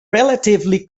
relatively